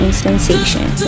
sensation